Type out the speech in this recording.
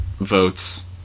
votes